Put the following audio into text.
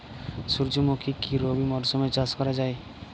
সুর্যমুখী কি রবি মরশুমে চাষ করা যায়?